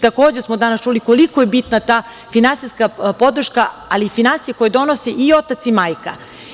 Takođe smo danas čuli koliko je bitna ta finansijska podrška, ali i finansije koje donose i otac i majka.